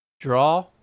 Draw